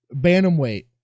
Bantamweight